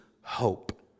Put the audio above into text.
hope